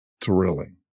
thrilling